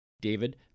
David